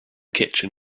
kitchen